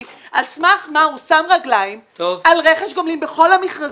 על סמך מה הוא שם רגליים על רכש גומלין בכל המכרזים.